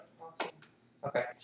Okay